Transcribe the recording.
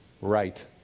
right